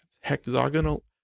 Hexagonal